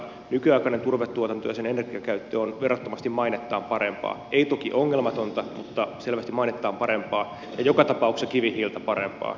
nykyaikainen turvetuotanto ja sen energiakäyttö on verrattomasti mainettaan parempaa ei toki ongelmatonta mutta selvästi mainettaan parempaa ja joka tapauksessa kivihiiltä parempaa